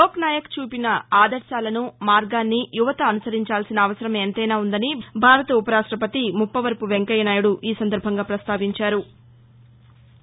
లోక్నాయక్ చూపిన ఆదర్శాలను మార్గాన్ని యువత అనుసరించాల్సిన అవసరం ఎంతైనా ఉందని భారత ఉపరాష్టపతి ముప్పవరపు వెంకయ్యనాయుడు ఈ సందర్బంగా పస్తావించారు